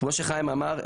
כמו שחיים אמר,